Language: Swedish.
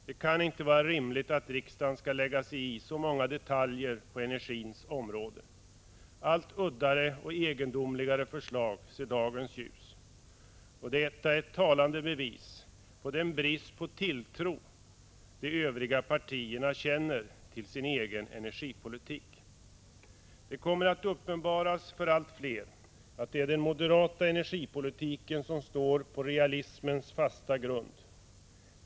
Det kan inte vara rimligt att riksdagen skall lägga sig i så många detaljer på energins område. Alltmer udda och egendomliga förslag ser dagens ljus. Detta är ett talande bevis på den brist på tilltro som de övriga partierna känner inför sin egen energipolitik. Det kommer att uppenbaras för allt fler att det är den moderata energipolitiken som står på realismens fasta grund.